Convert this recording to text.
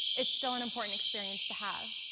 it's still an important experience to have.